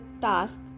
task